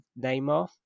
Neymar